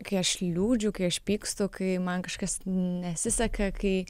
kai aš liūdžiu kai aš pykstu kai man kažkas nesiseka kai